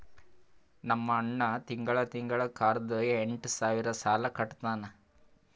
ನಮ್ ಅಣ್ಣಾ ತಿಂಗಳಾ ತಿಂಗಳಾ ಕಾರ್ದು ಎಂಟ್ ಸಾವಿರ್ ಸಾಲಾ ಕಟ್ಟತ್ತಾನ್